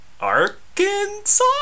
Arkansas